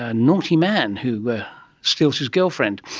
ah naughty man who steals his girlfriend,